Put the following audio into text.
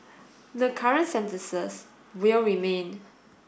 the current sentences will remain